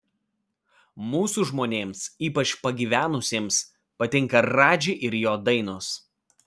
mūsų žmonėms ypač pagyvenusiems patinka radži ir jo dainos